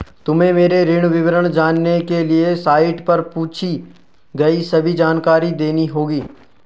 तुम्हें मेरे ऋण विवरण जानने के लिए साइट पर पूछी गई सभी जानकारी देनी होगी